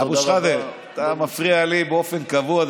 אבו שחאדה, אתה מפריע לי באופן קבוע.